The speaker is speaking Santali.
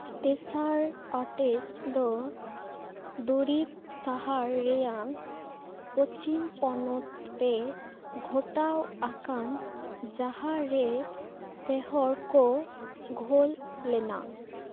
ᱛᱮᱥᱟᱨ ᱚᱴᱮᱡ ᱫᱚ ᱫᱩᱨᱤᱵᱽ ᱥᱟᱦᱟᱨ ᱨᱮᱭᱟᱜ ᱯᱚᱪᱷᱤᱢ ᱯᱚᱱᱚᱛ ᱨᱮ ᱜᱷᱚᱴᱟᱣ ᱟᱠᱟᱱ ᱡᱟᱦᱟᱸ ᱨᱮ ᱯᱮ ᱦᱚᱲ ᱠᱚ ᱜᱷᱟᱹᱞ ᱞᱮᱱᱟ